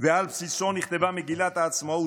ועל בסיסו נכתבה מגילת העצמאות,